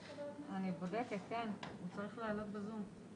הוא צריך לעלות בזום.